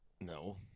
No